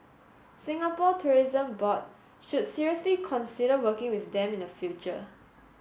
Singapore Tourism Board should seriously consider working with them in future